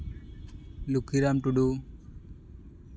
Lakhiram Tudu